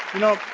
know,